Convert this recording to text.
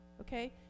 okay